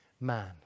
man